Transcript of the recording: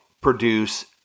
produce